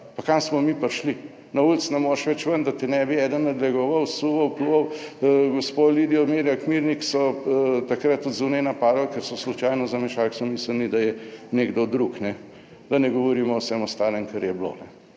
pa kam smo mi prišli? Na ulici ne moreš več ven, da te ne bi eden nadlegoval / nerazumljivo/? Gospo Lidijo Divjak Mirnik so takrat od zunaj napadali, ker so slučajno zamešali, ko so mislili, da je nekdo drug - da ne govorimo o vsem ostalem, kar je bilo.